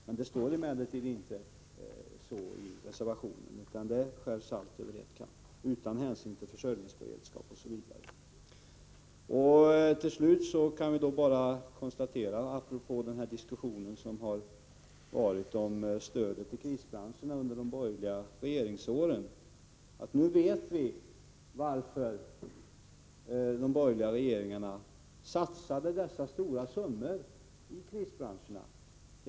Men det står inte så i reservationen, utan där skärs allt över en kam, utan hänsyn till försörjningsberedskap osv. Till slut kan jag bara konstatera, apropå den diskussion som förts om stödet till krisbranscherna under de borgerliga regeringsåren, att vi nu vet varför de borgerliga regeringarna satsade dessa stora summor i krisbranscherna.